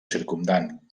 circumdant